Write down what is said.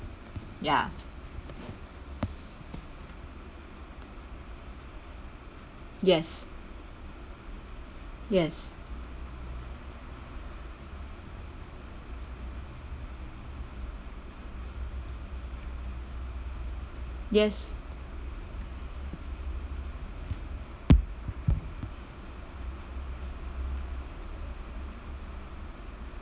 ya yes yes yes